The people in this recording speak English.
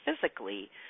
physically